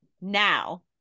now